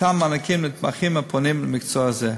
מתן מענקים למתמחים הפונים למקצוע זה.